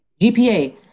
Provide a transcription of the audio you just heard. GPA